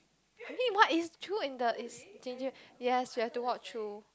I think what is true in the is changing yes you have to walk through